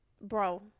bro